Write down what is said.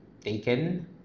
taken